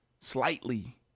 slightly